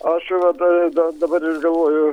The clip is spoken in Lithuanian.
aš dabar ir galvoju